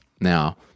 Now